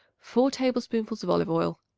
four tablespoonfuls of olive-oil.